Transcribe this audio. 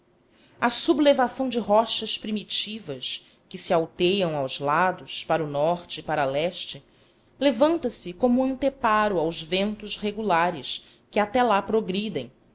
a sublevação de rochas primitivas que se alteiam aos lados para o norte e para leste levanta-se como anteparo aos ventos regulares que até lá progridem